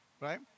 right